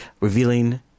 revealing